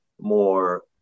more